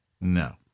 No